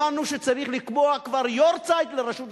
הבנו שצריך לקבוע כבר יארצייט לרשות השידור.